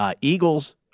Eagles